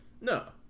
No